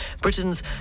Britain's